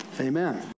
Amen